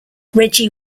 reggie